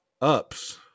ups